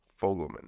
fogelman